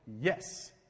yes